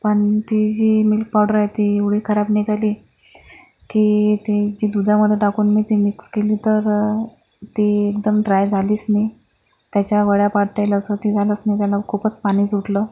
पण ती जी मिल्क पावडर आहे ती एवढी खराब निघाली की ती जी दुधामध्ये टाकून मी ती मिक्स केली तर ती एकदम ड्राय झालीच नाही त्याच्या वड्या पाडता येईल असं ते झालंच नाही त्याला खूपच पाणी सुटलं